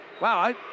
wow